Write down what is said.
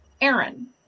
Aaron